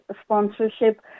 sponsorship